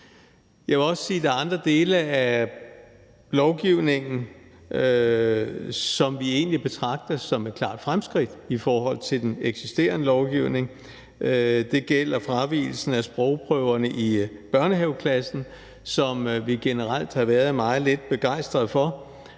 Jeg vil også sige, at der er andre dele af den foreslåede lovgivning, som vi egentlig betragter som et klart fremskridt i forhold til den eksisterende lovgivning. Det gælder fravigelsen af sprogprøverne i børnehaveklassen – sprogprøverne, som vi generelt har været meget lidt begejstret for.